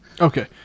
Okay